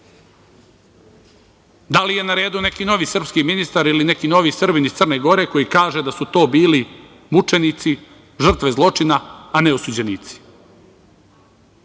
Da li je na redu neki novi srpski ministar ili neki novi Srbin iz Crne Gore koji kaže da su to bili mučenici, žrtve zločina, a ne osuđenici? Mogli